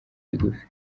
rigufi